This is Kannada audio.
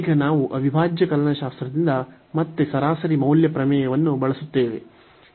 ಈಗ ನಾವು ಅವಿಭಾಜ್ಯ ಕಲನಶಾಸ್ತ್ರದಿಂದ ಮತ್ತೆ ಸರಾಸರಿ ಮೌಲ್ಯ ಪ್ರಮೇಯವನ್ನು ಬಳಸುತ್ತೇವೆ